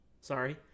Sorry